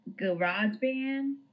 GarageBand